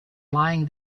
lying